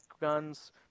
guns